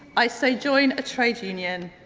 i say join a trade union.